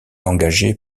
engagé